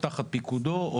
פיקודו,